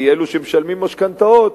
כי אלו שמשלמים משכנתאות